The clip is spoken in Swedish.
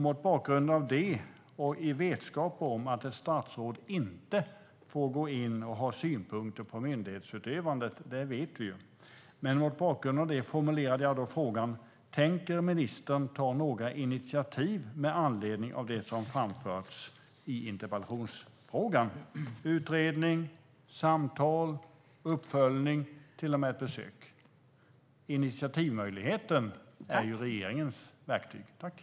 Mot bakgrund av det och med vetskap om att ett statsråd inte får ha synpunkter på myndighetsutövandet formulerade jag frågan: Tänker ministern ta några initiativ med anledning av det som har framförts i interpellationen - utredning, samtal, uppföljning och till och med ett besök? Initiativmöjligheten är regeringens verktyg.